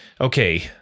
okay